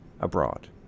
abroad